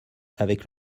avec